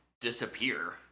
disappear